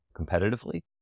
competitively